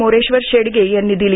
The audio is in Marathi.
मोरेश्वर शेडगे यांनी दिली